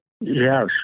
Yes